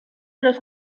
los